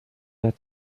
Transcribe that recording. hatte